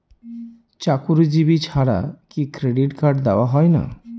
চাকুরীজীবি ছাড়া কি ক্রেডিট কার্ড দেওয়া হয় না?